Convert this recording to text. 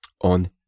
on